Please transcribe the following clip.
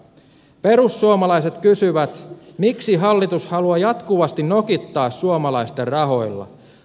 perussuomalaiset kysyvät miksi hallitus haluaa jatkuvasti nokittaa suomalaisten rahoilla